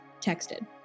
texted